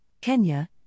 Kenya